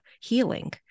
healing